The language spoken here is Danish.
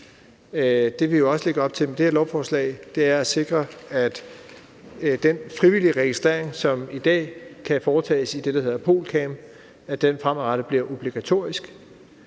vi jo også lægger op til med det her lovforslag, er at sikre, at den frivillige registrering, som i dag kan foretages i det, der hedder POLCAM, fremadrettet bliver obligatorisk,